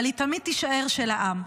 אבל היא תמיד תישאר של העם.